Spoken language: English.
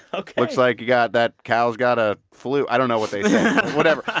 ok looks like you got that cow's got a flu. i don't know what they say whatever.